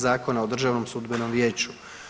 Zakona o Državnom sudbenom vijeću.